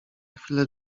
chwilę